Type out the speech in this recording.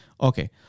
Okay